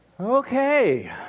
Okay